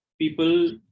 People